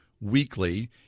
weekly